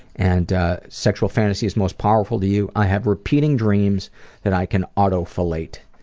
and sexual fantasies most powerful to you i have repeating dreams that i can auto-fellate.